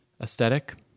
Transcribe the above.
aesthetic